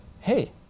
hey